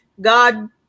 God